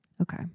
Okay